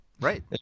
right